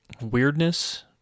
weirdness